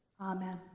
Amen